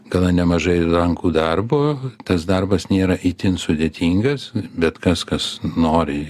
gana nemažai rankų darbo tas darbas nėra itin sudėtingas bet kas kas nori